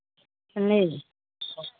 नहि